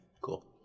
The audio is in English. cool